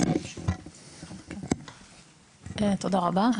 תודה רבה.